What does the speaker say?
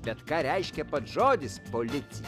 bet ką reiškia pats žodis policija